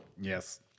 Yes